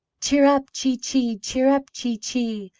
cheerup chee-chee, cheerup chee-chee!